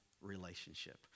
relationship